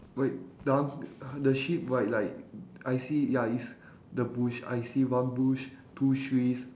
wait the unc~ the sheep right like I see ya it's the bush I see one bush two trees